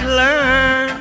learn